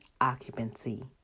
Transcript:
occupancy